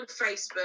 facebook